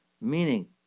Meaning